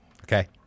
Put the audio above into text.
Okay